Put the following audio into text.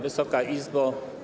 Wysoka Izbo!